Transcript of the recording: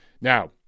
Now